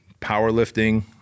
powerlifting